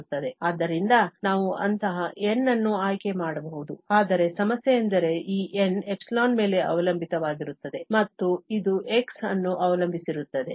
ಆದ್ದರಿಂದ ನಾವು ಅಂತಹ N ಅನ್ನು ಆಯ್ಕೆ ಮಾಡಬಹುದು ಆದರೆ ಸಮಸ್ಯೆಯೆಂದರೆ ಈ N ϵ ಮೇಲೆ ಅವಲಂಬಿತವಾಗಿರುತ್ತದೆ ಮತ್ತು ಇದು x ಅನ್ನು ಅವಲಂಬಿಸಿರುತ್ತದೆ